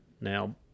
Now